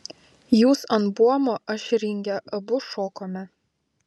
jūs ant buomo aš ringe abu šokome